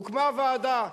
הוקמה ועדה,